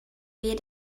wir